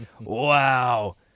Wow